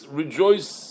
rejoice